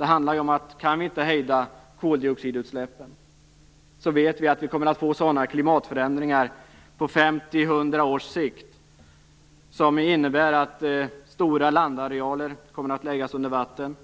Om vi inte kan hejda koldioxidutsläppen vet vi att vi kommer att få klimatförändringar på 50 till 100 års sikt som innebär att stora landarealer kommer att läggas under vatten.